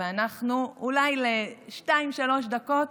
ואנחנו אולי לשתיים-שלוש דקות